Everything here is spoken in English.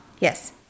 Yes